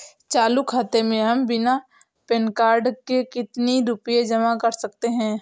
चालू खाता में हम बिना पैन कार्ड के कितनी रूपए जमा कर सकते हैं?